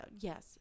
Yes